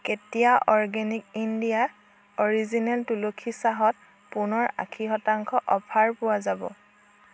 কেতিয়া Organic India original Tulsi চাহত পুনৰ আশী শতাংশ অ'ফাৰ পোৱা যাব